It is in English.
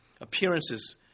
appearances